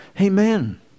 Amen